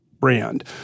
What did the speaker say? brand